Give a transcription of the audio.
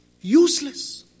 Useless